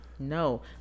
No